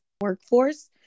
workforce